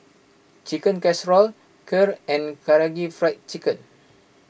Chicken Casserole Kheer and Karaage Fried Chicken